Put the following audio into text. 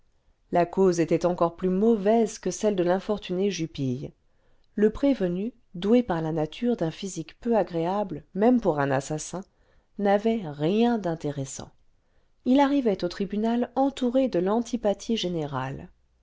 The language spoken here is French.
la cause était encore plus mauvaise que celle de l'infortuné jupille le prévenu doué par la nature d'un physique peu agréable même pour un assassin n'avait rien d'intéressant il arrivait au tribunal entouré de l'antipathie générale